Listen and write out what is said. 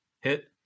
hit